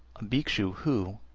a bhikshu who,